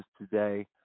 today